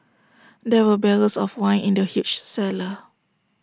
there were barrels of wine in the huge cellar